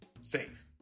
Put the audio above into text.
safe